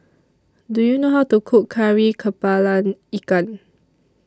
Do YOU know How to Cook Kari Kepala Ikan